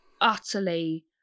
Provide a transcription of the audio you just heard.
utterly